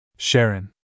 Sharon